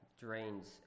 drains